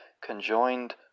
conjoined